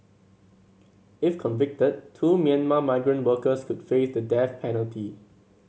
if convicted two Myanmar migrant workers could face the death penalty